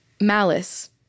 malice